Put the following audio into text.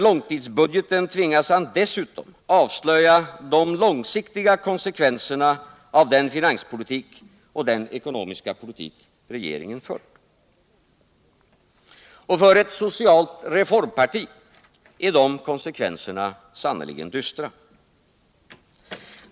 långtidsbudgeten tvingas han dessutom avslöja de långsiktiga konsekvenserna av den finanspolitik och den ekonomiska politik regeringen fört. Och för ett socialt reformparti är de konsekvenserna sannerligen dystra.